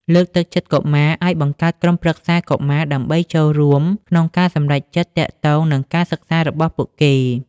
លើកទឹកចិត្តកុមារឱ្យបង្កើតក្រុមប្រឹក្សាកុមារដើម្បីចូលរួមក្នុងការសម្រេចចិត្តទាក់ទងនឹងការសិក្សារបស់ពួកគេ។